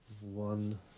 one